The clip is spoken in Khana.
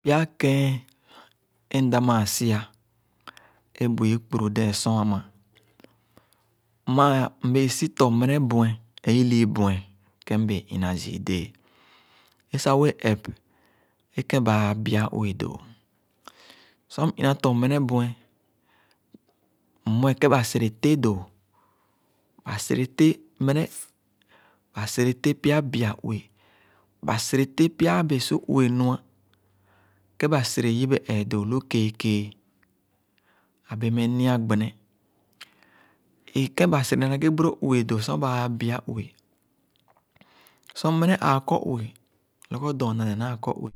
Pya kẽn é mda maa si-a é bu ikpuru dẽẽm sor ãmã, mbee si tɔ menebue, é ilii bue, kén mbee ina zii déé, é sah wee ep. ẽ kén bãã bia ue doo. Sor m-ina tɔ menebue, m-mue kẽn ba sere teh dõõ, ba sere teh mene, ba sere teh pya bia ue, ba sere teh pya abẽẽ su ue nu-a. Kèn ba sere yibe-ẽẽ dõ lu kẽẽ kẽẽ. Ãbẽẽ meh nia gbene. Ẽ kẽn ba sere na ghe bõróh ue doh sor baa bia ue, sor mene aa kɔr ue, lɔgɔ dõõna neh naa kɔr ue.